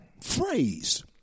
phrase